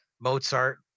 Mozart